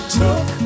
took